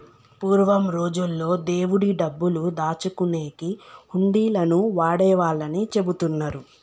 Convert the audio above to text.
పూర్వం రోజుల్లో దేవుడి డబ్బులు దాచుకునేకి హుండీలను వాడేవాళ్ళని చెబుతున్నరు